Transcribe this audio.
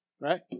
Right